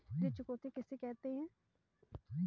ऋण चुकौती किसे कहते हैं?